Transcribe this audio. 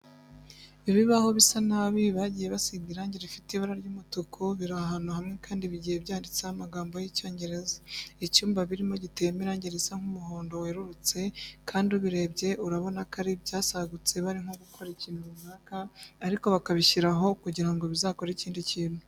Ibibaho bisa nabi bagiye basiga irangi rifite ibara ry'umutuku biri ahantu hamwe kandi bigiye byanditseho amagambo y'Icyongereza. Icyumba birimo giteyemo irangi risa nk'umuhondo werurutse kandi ubirebye urabona ko ari ibyasagutse bari nko gukora ikintu runaka ariko bakabishyira aho kugira ngo bizakore ikindi kintu.